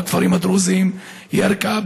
בכפרים הדרוזיים ירכא,